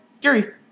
Gary